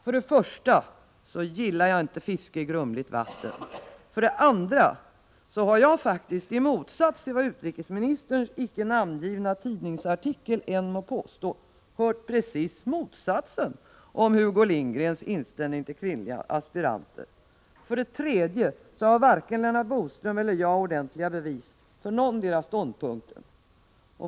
För det första gillar jag inte fiske i grumligt vatten. För det andra har jag faktiskt, i motsats till vad utrikesministerns icke namngivna tidningsartikel än må påstå, hört precis motsatsen om Hugo Lindgrens inställning till kvinnliga aspiranter. För det tredje har varken Lennart Bodström eller jag ordentliga bevis för någondera ståndpunkten.